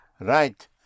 Right